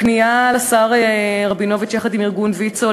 פנייה לשר אהרונוביץ יחד עם ארגון ויצו,